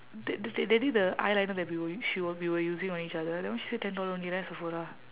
that that that day the eyeliner that we were u~ she w~ we were using on each other that one she say ten dollar only right sephora